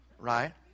right